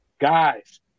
Guys